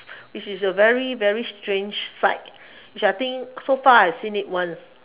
which is a very very strange sight which I think so far I've seen it once